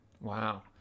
Wow